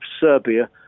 Serbia